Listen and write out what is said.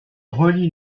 relie